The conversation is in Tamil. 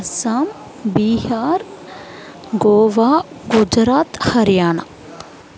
அஸ்ஸாம் பீகார் கோவா குஜராத் ஹரியானா